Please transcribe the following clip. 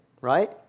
right